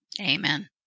Amen